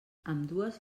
ambdues